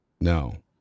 no